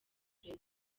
fred